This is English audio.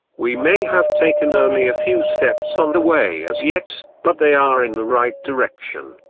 we may have taken only a few steps on the way as yet, but they are in the right direction,